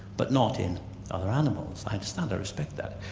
but not in other animals. i understand, i respect that.